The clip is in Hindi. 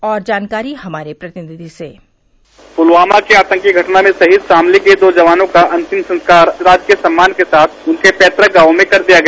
और जानकारी हमारे प्रतिनिधि से प्लवामा की आतंकी घटना में शहीद शामली के दो जवानों का अंतिम संस्कार राजकीय सम्मान के साथ उनके पैतक गांवों में कर दिया गया